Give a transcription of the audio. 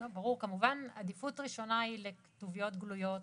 כמובן שהעדיפות הראשונה היא לכתוביות גלויות